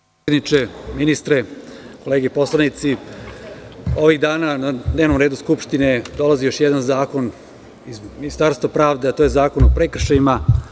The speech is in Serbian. Poštovani predsedniče, ministre, kolege poslanici, ovih dana na dnevnom redu Skupštine dolazi još jedan zakon iz Ministarstva pravde, a to je zakon u prekršajima.